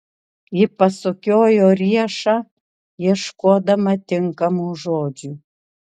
ji pasukiojo riešą ieškodama tinkamų žodžių